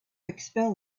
expel